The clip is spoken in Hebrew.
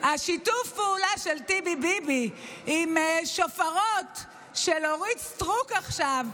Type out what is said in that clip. שיתוף הפעולה של טיבי-ביבי עם שופרות של אורית סטרוק עכשיו,